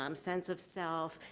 um sense of self,